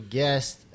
guest